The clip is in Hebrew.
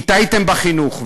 כי טעיתם בחינוך,